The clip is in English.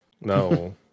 no